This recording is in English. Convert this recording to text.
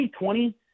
2020